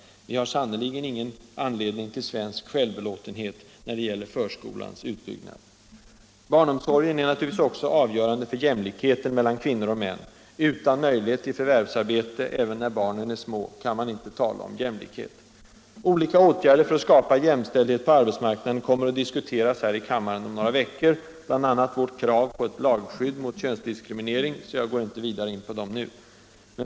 Vi har sannerligen ingen anledning till svensk självbelåtenhet när det gäller förskolans utbyggnad. Barnomsorgen är naturligtvis också avgörande för jämlikheten mellan kvinnor och män — utan möjlighet till förvärvsarbete även när barnen är små kan man inte tala om jämlikhet. Olika åtgärder för att skapa jämställdhet på arbetsmarknaden kommer att diskuteras här i kammaren om några veckor, bl.a. vårt krav på ett lagskydd mot könsdiskriminering, så jag går inte vidare in på dem nu.